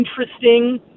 interesting